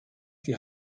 die